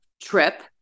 trip